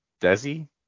Desi